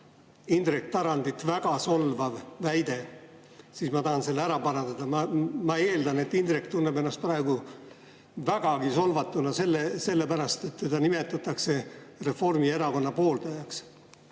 Indrek Tarandit väga solvav väide, ma tahan selle ära parandada. Ma eeldan, et Indrek tunneb ennast vägagi solvatuna sellepärast, et teda nimetatakse Reformierakonna pooldajaks.